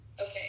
Okay